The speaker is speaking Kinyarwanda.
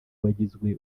wagizwe